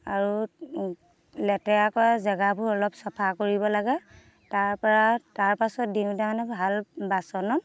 আৰু লেতেৰা কৰা জেগাবোৰ অলপ চফা কৰিব লাগে তাৰ পৰা তাৰ পাছত দিওঁতে মানে ভাল বাচনত